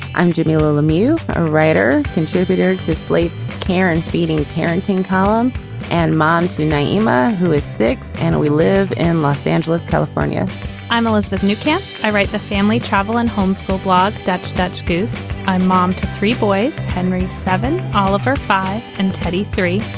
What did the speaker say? i'm jamilah lemieux, a writer contributor to slate care and feeding parenting column and mom to nyima, who is six. and we live in los angeles, california i'm elizabeth new. can't i write the family travelin' home-school blog. dutch dutch gousse mom to three boys. henry seven, oliver five and teddy three.